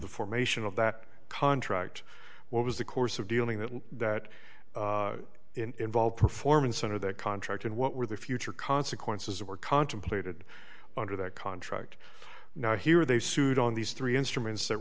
the formation of that contract what was the course of dealing that that involved performance under that contract and what were the future consequences of or contemplated under that contract now here they sued on these three instruments that